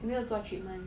有没有做 treatment